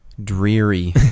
dreary